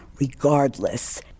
regardless